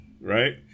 Right